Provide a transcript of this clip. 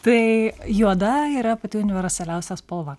tai juoda yra pati universaliausia spalva